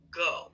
go